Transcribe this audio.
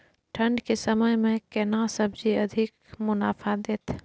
ठंढ के समय मे केना सब्जी अधिक मुनाफा दैत?